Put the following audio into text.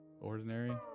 ordinary